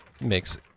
makes